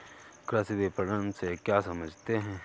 कृषि विपणन से क्या समझते हैं?